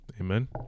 Amen